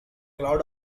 cloud